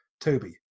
Toby